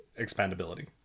expandability